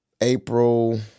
April